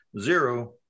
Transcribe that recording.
zero